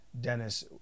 Dennis